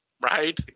right